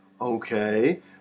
Okay